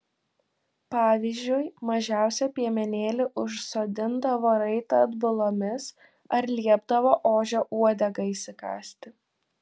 pavyzdžiui mažiausią piemenėlį užsodindavo raitą atbulomis ar liepdavo ožio uodegą įsikąsti